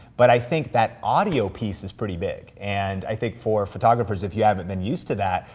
but i think that audio piece is pretty big, and i think, for photographers, if you haven't been used to that,